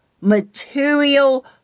material